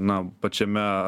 na pačiame